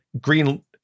green